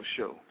Show